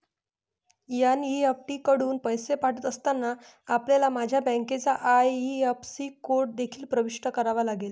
NEFT कडून पैसे पाठवित असताना, आपल्याला माझ्या बँकेचा आई.एफ.एस.सी कोड देखील प्रविष्ट करावा लागेल